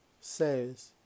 says